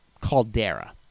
caldera